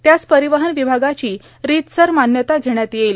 त्यास र्पारवहन विभागाची र्परतसर मान्यता घेण्यात येईल